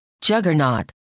Juggernaut